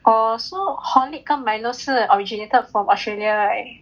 oh so Horlick 跟 Milo 是 originated from Australia right